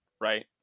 right